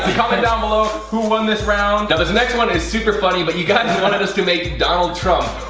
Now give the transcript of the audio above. comment down below who won this round. this next one is super funny, but you guys wanted us to make donald trump.